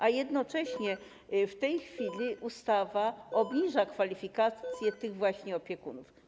A jednocześnie w tej chwili ustawa obniża kwalifikacje tych właśnie opiekunów.